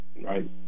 Right